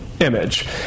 image